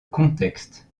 contexte